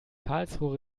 karlsruhe